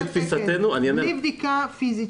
בלי בדיקה פיזית,